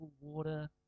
water